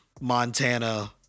Montana